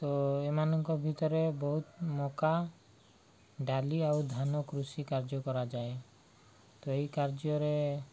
ତ ଏମାନଙ୍କ ଭିତରେ ବହୁତ ମକା ଡାଲି ଆଉ ଧାନ କୃଷି କାର୍ଯ୍ୟ କରାଯାଏ ତ ଏହି କାର୍ଯ୍ୟରେ